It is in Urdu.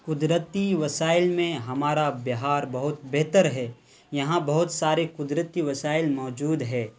قدرتی وسائل میں ہمارا بہار بہت بہتر ہے یہاں بہت سارے قدرتی وسائل موجود ہے